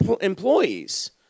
employees